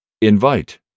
Invite